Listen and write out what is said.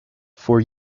for